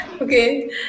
Okay